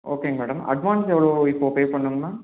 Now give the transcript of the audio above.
ஓகேங்க madam advance எவ்வளோ இப்போ பே பண்ணணுமா